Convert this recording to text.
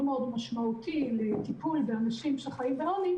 מאוד משמעותי לטיפול באנשים שחיים בעוני,